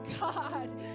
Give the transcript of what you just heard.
God